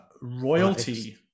royalty